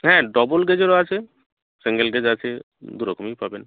হ্যাঁ ডবল গেজেরও আছে সিঙ্গল গেজ আছে দুরকমই পাবেন